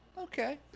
okay